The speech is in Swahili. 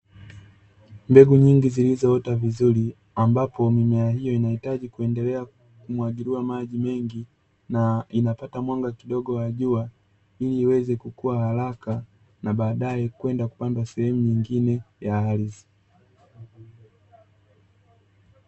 Mbegu nyingi zilizoota vizuri ambapo mimea hiyo inahitaji kuendelea kumwagiliwa maji mengi na inapata mwanga kidogo wa jua ili iweze kukua haraka, na baadaye kwenda kupanda sehemu nyingine ya ardhi.